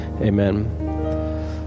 amen